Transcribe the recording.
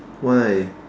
why